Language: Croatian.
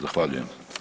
Zahvaljujem.